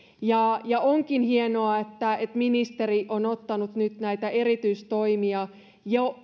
ja ja onkin hienoa että että ministeri on ottanut nyt näitä eritystoimia jo